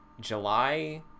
July